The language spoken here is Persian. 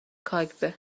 کاگب